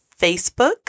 Facebook